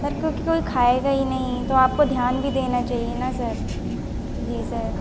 sir पर कोई खाएगा ही नहीं तो आपको ध्यान भी देना चाहिए ना सर जी सर